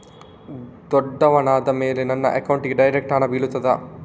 ದೊಡ್ಡವನಾದ ಮೇಲೆ ನನ್ನ ಅಕೌಂಟ್ಗೆ ಡೈರೆಕ್ಟ್ ಹಣ ಬೀಳ್ತದಾ?